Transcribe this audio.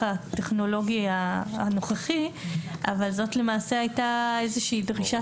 הטכנולוגי הנוכחי אבל זאת למעשה הייתה איזושהי דרישה